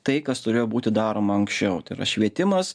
tai kas turėjo būti daroma anksčiau tai yra švietimas